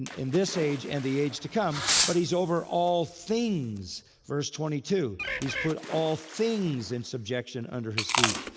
and in this age and the age to come, but he's over all things, verse twenty two. he's put all things in subjection under his feet.